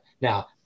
now